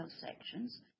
sections